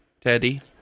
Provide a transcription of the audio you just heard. Teddy